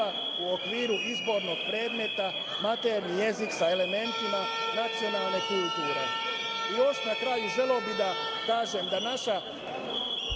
u okviru izbornog predmeta Maternji jezik sa elementima nacionalne kulture. Na kraju, želeo bih da kažem da naša